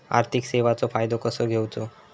आर्थिक सेवाचो फायदो कसो घेवचो?